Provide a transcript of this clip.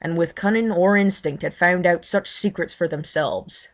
and with cunning or instinct had found out such secrets for themselves